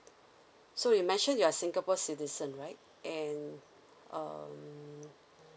so you mention you are singapore citizen right and um